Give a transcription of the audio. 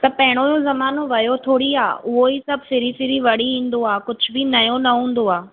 त पहिरों यो ज़मानो वियो थोरी आहे उहो ई सभु फिरी फिरी वरी ईंदो आहे कुझु बि नयो न हूंदो आहे